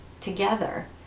together